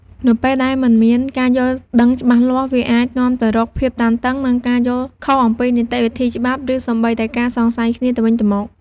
នៅពេលដែលមិនមានការយល់ដឹងច្បាស់លាស់ វាអាចនាំទៅរកភាពតានតឹង ការយល់ខុសអំពីនីតិវិធីច្បាប់ ឬសូម្បីតែការសង្ស័យគ្នាទៅវិញទៅមក។